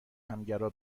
همگرا